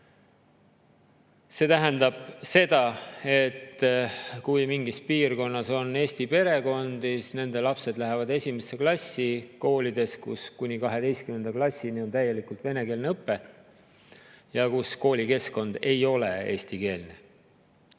See tähendab seda, et kui mingis piirkonnas on eesti perekondi, siis nende lapsed lähevad esimesse klassi koolides, kus kuni 12. klassini on täielikult venekeelne õpe ja kus koolikeskkond ei ole eestikeelne.